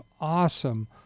awesome